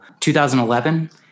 2011